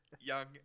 young